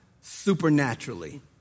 supernaturally